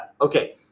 Okay